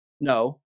no